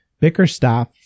Bickerstaff